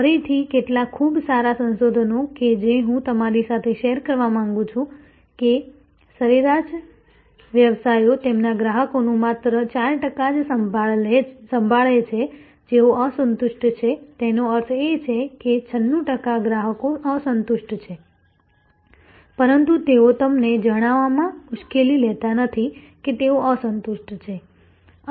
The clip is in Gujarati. ફરીથી કેટલાક ખૂબ સારા સંશોધનો કે જે હું તમારી સાથે શેર કરવા માંગુ છું કે સરેરાશ વ્યવસાયો તેમના ગ્રાહકોનું માત્ર 4 ટકા જ સાંભળે છે જેઓ અસંતુષ્ટ છે તેનો અર્થ એ છે કે 96 ટકા ગ્રાહકો અસંતુષ્ટ છે પરંતુ તેઓ તમને જણાવવામાં મુશ્કેલી લેતા નથી કે તેઓ અસંતુષ્ટ છે